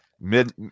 Mid